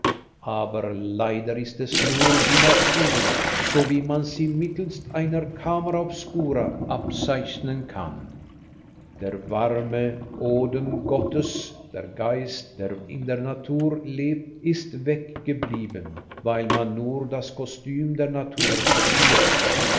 aber leider ist es nur die natur so wie man sie mittelst einer camera obscura abzeichnen kann der warme odem gottes der geist der in der natur lebt ist weggeblieben weil man nur das kostüm der natur kopierte